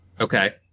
Okay